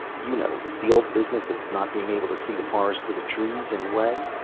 you know, the old business of not being able to see the forest for the trees in the way.